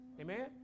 Amen